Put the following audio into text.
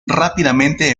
rápidamente